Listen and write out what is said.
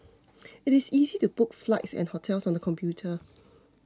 it is easy to book flights and hotels on the computer